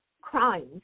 crimes